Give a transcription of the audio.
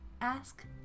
Ask